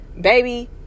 baby